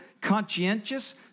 conscientious